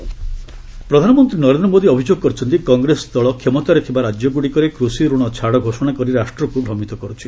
PM ଇକ୍କରଭ୍ୟ ପ୍ରଧାନମନ୍ତ୍ରୀ ନରେନ୍ଦ୍ର ମୋଦି ଅଭିଯୋଗ କରିଛନ୍ତି କଂଗ୍ରେସ ଦଳ କ୍ଷମତାରେ ଥିବା ରାଜ୍ୟ ଗୁଡିକରେ କୃଷଋଣ ଛାଡ ଘୋଷଣା କରି ରାଷ୍ଟ୍ରକୁ ଭ୍ରମିତ କରୁଛି